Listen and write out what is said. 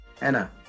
Anna